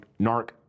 narc